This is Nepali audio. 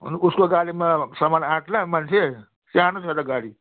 अनि उसको गाडीमा सामान अटाउँला मान्छे कि आट्दैन एउटा गाडी